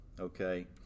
okay